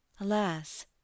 Alas